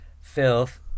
Filth